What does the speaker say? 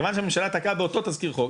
בגלל שהממשלה תקעה באותו תזכיר חוק,